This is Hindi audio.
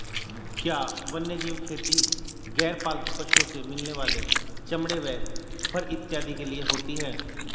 क्या वन्यजीव खेती गैर पालतू पशुओं से मिलने वाले चमड़े व फर इत्यादि के लिए होती हैं?